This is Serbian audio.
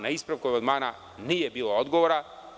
Na ispravku amandmana nije bilo odgovora.